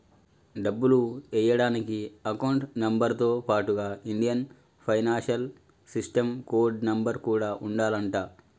డబ్బులు ఎయ్యడానికి account number తో పాటుగా Indian financial system code number కూడా ఉండాలంట